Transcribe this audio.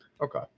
okay